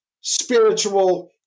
spiritual